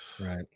right